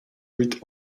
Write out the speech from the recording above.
rid